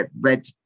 Red